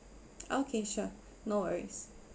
okay sure no worries